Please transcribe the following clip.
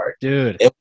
dude